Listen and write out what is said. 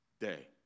day